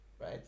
right